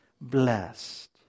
blessed